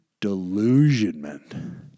delusionment